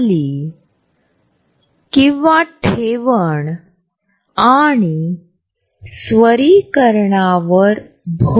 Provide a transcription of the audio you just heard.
स्वतंत्र मनुष्य म्हणून त्यांच्या मनोवृत्तीतील फरक देखील देहबोलीच्या इतर पैलूंच्या आधारे पाहिले जाऊ शकतात